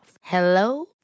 Hello